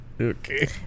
Okay